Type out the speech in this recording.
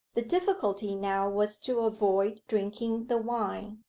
the difficulty now was to avoid drinking the wine.